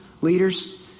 leaders